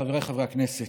חבריי חברי הכנסת,